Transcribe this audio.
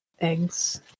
eggs